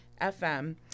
FM